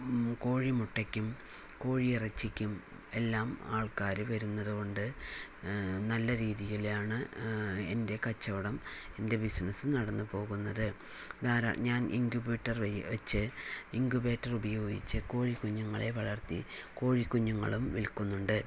കോഴി മുട്ടക്കും കോഴിയിറച്ചിക്കും എല്ലാം ആൾക്കാർ വരുന്നത് കൊണ്ട് നല്ല രീതിയിലാണ് എൻ്റെ കച്ചവടം എൻ്റെ ബിസിനസ്സ് നടന്ന് പോകുന്നത് ധാര ഞാൻ ഇൻക്യൂബേറ്റർ വഴി വെച്ച് ഇൻക്യൂബേറ്റർ ഉപയോഗിച്ച് കോഴി കുഞ്ഞുങ്ങളെ വളർത്തി കോഴി കുഞ്ഞുങ്ങളും വിൽക്കുന്നുണ്ട്